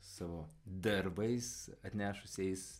savo darbais atnešusiais